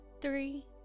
three